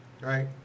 right